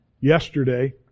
yesterday